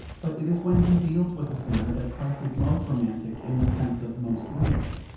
but it is when he deals with a sinner that christ is most romantic, in the sense of most real.